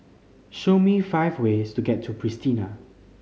show me five ways to get to Pristina